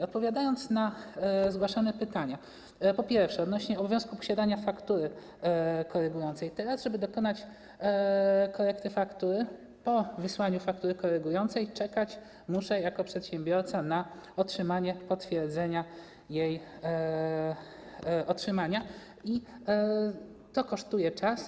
Odpowiadając na zgłaszane pytania, po pierwsze, odnośnie do obowiązku posiadania faktury korygującej - teraz, żeby dokonać korekty faktury po wysłaniu faktury korygującej, jako przedsiębiorca muszę czekać na otrzymanie potwierdzenia jej otrzymania, i to kosztuje czas.